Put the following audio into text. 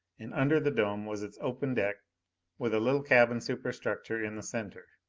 and under the dome was its open deck with a little cabin superstructure in the center.